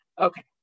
Okay